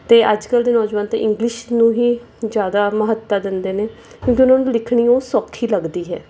ਅਤੇ ਅੱਜ ਕੱਲ੍ਹ ਦੇ ਨੌਜਵਾਨ ਤਾਂ ਇੰਗਲਿਸ਼ ਨੂੰ ਹੀ ਜ਼ਿਆਦਾ ਮਹੱਤਤਾ ਦਿੰਦੇ ਨੇ ਕਿਉਂਕਿ ਉਹਨਾਂ ਨੂੰ ਲਿਖਣੀ ਉਹ ਸੌਖੀ ਲੱਗਦੀ ਹੈ